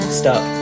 stop